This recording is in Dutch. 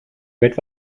werd